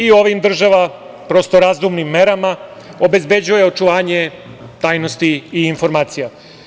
Ovim država razumnim merama obezbeđuje očuvanje tajnosti i informacija.